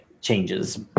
changes